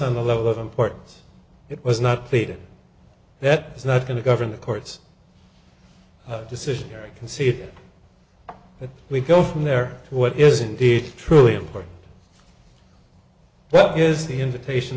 on the level of importance it was not pleaded that is not going to govern the court's decision here i can see it if we go from there what is indeed truly important that is the invitation